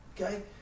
Okay